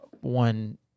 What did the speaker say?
one